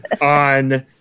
on